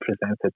presented